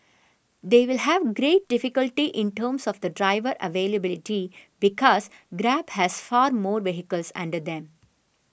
they will have great difficulty in terms of the driver availability because Grab has far more vehicles under them